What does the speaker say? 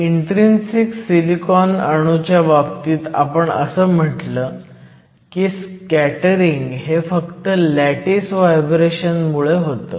intrinsic silicon अणूच्या बाबतीत आपण असं म्हणलं की स्कॅटरिंग हे फक्त लॅटिस व्हायब्रेशन मुळे होतं